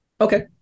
okay